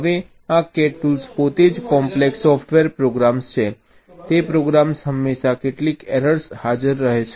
હવે આ CAD tools પોતે ખૂબ જ કોમ્પ્લેક્સ સોફ્ટવેર પ્રોગ્રામ્સ છે તે પ્રોગ્રામ્સમાં હંમેશા કેટલીક એરર્સ હાજર રહે છે